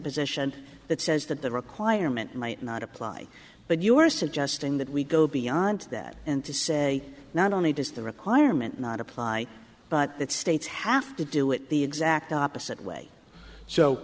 position that says that the requirement might not apply but you are suggesting that we go beyond that and to say not only does the requirement not apply but that states have to do it the exact opposite way so